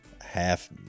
Half